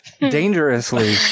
dangerously